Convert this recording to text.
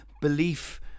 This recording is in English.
belief